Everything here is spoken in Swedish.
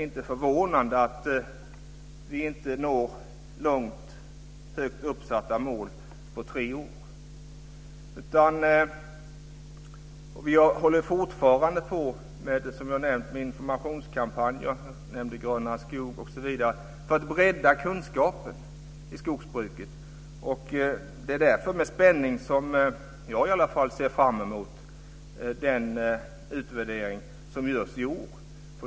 Som jag har nämnt håller vi fortfarande på med informationskampanjer, Grönare Skog osv., för att bredda kunskapen i skogsbruket. Därför ser i alla fall jag med spänning fram emot den utvärdering som görs i år.